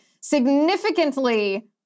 significantly